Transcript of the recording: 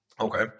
Okay